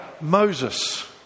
Moses